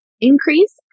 increase